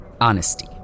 Honesty